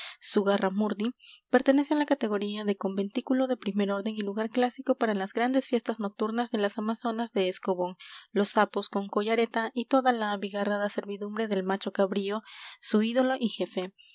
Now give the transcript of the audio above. famoso de zugarramurdi pertenece á la categoría de conventículo de primer orden y lugar clásico para las grandes fiestas nocturnas de las amazonas de escobón los sapos con collareta y toda la abigarrada servidumbre del macho cabrío su ídolo y jefe